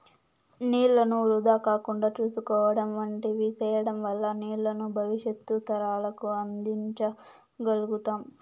నీళ్ళను వృధా కాకుండా చూసుకోవడం వంటివి సేయడం వల్ల నీళ్ళను భవిష్యత్తు తరాలకు అందించ గల్గుతాం